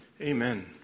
Amen